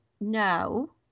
no